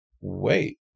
wait